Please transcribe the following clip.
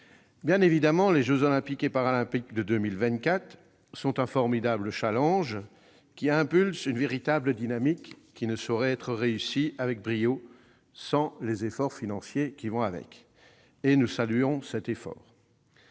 Bien entendu, les jeux Olympiques et Paralympiques de 2024 sont un formidable challenge, qui impulse une véritable dynamique et ne saurait être atteint avec brio sans les efforts financiers qui l'accompagnent. Et nous saluons cet effort